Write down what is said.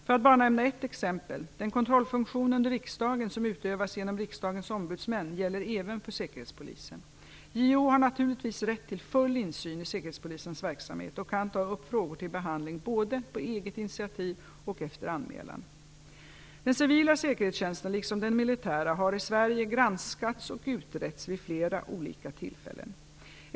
För att bara nämna ett exempel: Den kontrollfunktion under riksdagen som utövas genom riksdagens ombudsmän gäller även för säkerhetspolisen. JO har naturligtvis rätt till full insyn i säkerhetspolisens verksamhet och kan ta upp frågor till behandling både på eget initiativ och efter anmälan. - har i Sverige granskats och utretts vid flera olika tillfällen.